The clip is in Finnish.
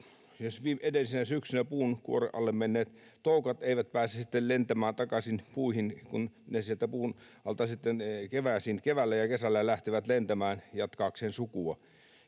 edellisenä syksynä puunkuoren alle menneet toukat eivät pääse lentämään takaisin puihin, kun ne sieltä puun alta sitten keväällä ja kesällä lähtevät lentämään jatkaakseen sukua.